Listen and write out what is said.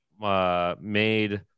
Made